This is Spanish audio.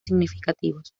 significativos